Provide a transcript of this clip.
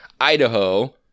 Idaho